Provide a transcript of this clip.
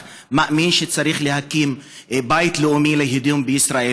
ומאמין שצריך להקים בית לאומי ליהודים בישראל.